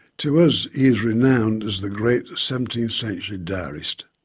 to us he is renowned as the great seventeenth century diarist.